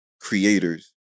creators